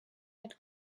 had